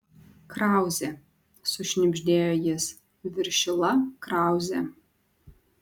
krauzė sušnibždėjo jis viršila krauzė